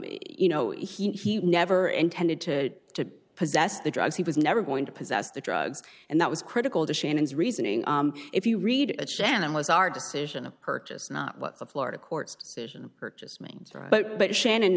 you know he never intended to to possess the drugs he was never going to possess the drugs and that was critical to shannon's reasoning if you read it shannon was our decision to purchase not what the florida courts cision purchasing but but shannon